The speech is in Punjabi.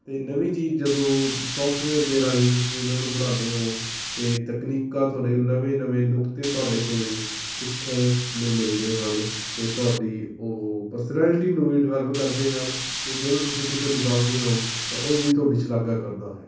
ਅਤੇ ਨਵੀਂ ਚੀਜ਼ ਜਦੋਂ ਸੋਫਟਵੇਅਰ ਦੇ ਰਾਹੀਂ ਤੁਸੀਂ ਇਹਨਾਂ ਨੂੰ ਬਣਾਉਂਦੇ ਹੋ ਅਤੇ ਤਕਨੀਕਾਂ ਤੁਹਾਡੇ ਨਵੇਂ ਨਵੇਂ ਨੁਕਤੇ ਤੁਹਾਡੇ ਕੋਲ ਸਿੱਖਣ ਨੂੰ ਮਿਲਦੇ ਹਨ ਅਤੇ ਤੁਹਾਡੀ ਉਹ ਪਰਸਨੈਲਿਟੀ ਨੂੰ ਵੀ ਡਿਵੈਲਪ ਕਰਦੇ ਹਨ ਅਤੇ ਜਦੋਂ ਤੁਸੀਂ ਕਿਸੇ ਨੂੰ ਦੱਸਦੇ ਹੋ ਤਾਂ ਉਹ ਵੀ ਤੁਹਾਡੀ ਸ਼ਲਾਘਾ ਕਰਦਾ ਹੈ